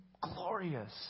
glorious